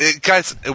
guys